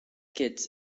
kits